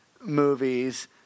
movies